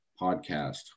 podcast